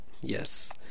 yes